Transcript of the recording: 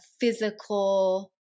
physical